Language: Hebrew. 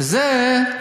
וזה,